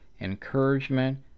encouragement